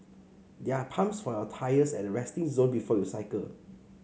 there are pumps for your tyres at the resting zone before you cycle